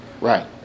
Right